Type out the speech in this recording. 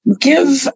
Give